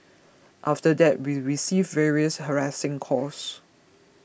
after that we received various harassing calls